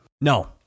No